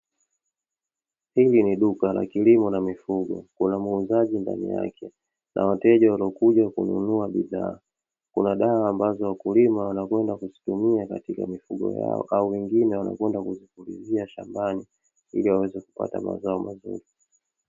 Hili ni duka la kilimo na mifugo. Kuna muuzaji ndani yake na wateja waliokuja kununua bidhaa. Kuna dawa ambazo wakulima wanakwenda kuzitumia katika mifugo yao, au wengine wanakwenda kuzipulizia shambani ili waweze kupata mazao mazuri.